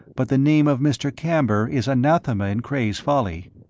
but the name of mr. camber is anathema in cray's folly.